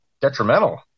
detrimental